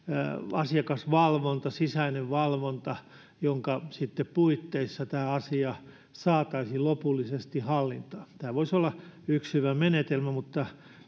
asiakasvalvonta sisäinen valvonta jonka puitteissa tämä asia saataisiin lopullisesti hallintaan tämä voisi olla yksi hyvä menetelmä mutta